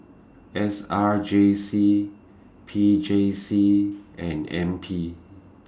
S R J C P J C and N P